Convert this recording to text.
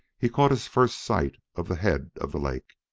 he caught his first sight of the head of the lake,